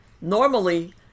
normally